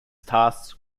tasked